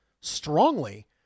strongly